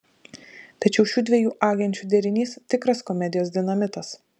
tačiau šių dviejų agenčių derinys tikras komedijos dinamitas